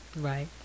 Right